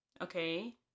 Okay